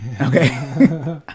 Okay